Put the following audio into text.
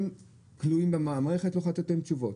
הם כלואים במערכת והיא צריכה לתת להם תשובות.